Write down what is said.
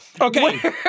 Okay